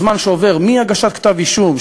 הזמן שעובר מהגשת כתב-אישום,